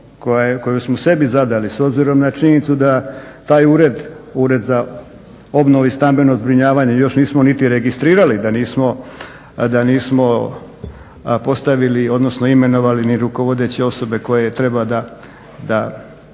koju smo sebi zadali s obzirom na činjenicu da taj Ured, Ured za obnovu i stambeno zbrinjavanje još nismo niti registrirali, da nismo postavili odnosno imenovali ni rukovodeće osobe koje treba da